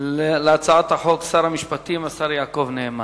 על הצעת החוק שר המשפטים יעקב נאמן.